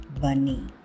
Bunny